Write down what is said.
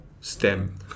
stem